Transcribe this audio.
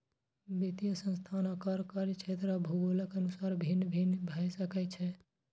वित्तीय संस्थान आकार, कार्यक्षेत्र आ भूगोलक अनुसार भिन्न भिन्न भए सकै छै